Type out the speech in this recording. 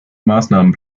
maßnahmen